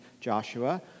Joshua